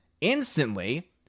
instantly